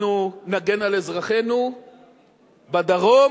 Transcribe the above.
אנחנו נגן על אזרחינו בדרום,